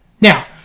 Now